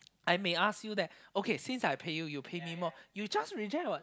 I may ask you that okay since I pay you you pay me more you just reject what